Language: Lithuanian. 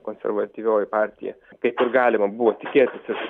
konservatyvioji partija kaip ir galima buvo tikėtis iš